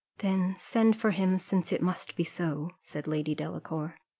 then send for him, since it must be so, said lady delacour.